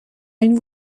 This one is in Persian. این